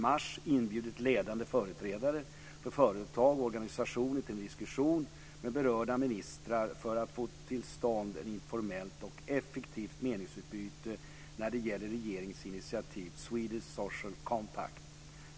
mars, inbjudit ledande företrädare för företag och organisationer till en diskussion med berörda ministrar för att få till stånd ett informellt och effektivt meningsutbyte när det gäller regeringens initiativ Swedish Social Compact.